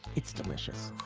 it's delicious